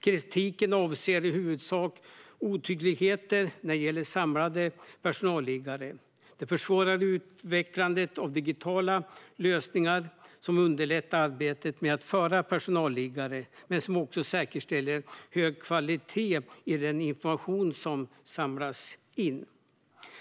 Kritiken avser i huvudsak otydligheter när det gäller samlade personalliggare. Detta försvårar utvecklandet av digitala lösningar som underlättar arbetet med att föra personalliggare men som också säkerställer en hög kvalitet i den information som samlas in.